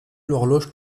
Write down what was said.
l’horloge